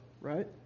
right